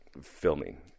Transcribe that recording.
filming